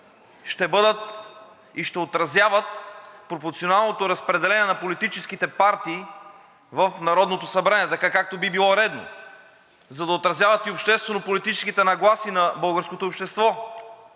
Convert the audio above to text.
ще бъдат и ще отразяват пропорционалното разпределение на политическите партии в Народното събрание, както би било редно, за да отразяват и обществено-политическите нагласи на българското общество.